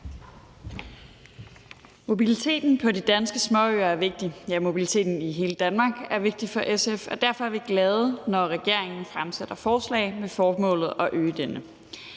Mobiliteten på de danske småøer er vigtig, ja, mobiliteten i hele Danmark er vigtig for SF, og derfor er vi glade, når regeringen fremsætter forslag med formålet at øge denne.